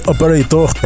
Operator